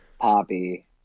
Poppy